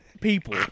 people